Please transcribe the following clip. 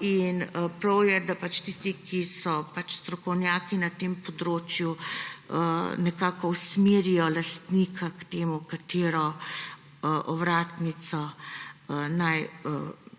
in prav je, da tisti, ki so strokovnjaki na tem področju, nekako usmerijo lastnika k temu, katero ovratnico naj